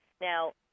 Now